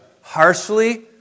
harshly